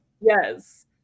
Yes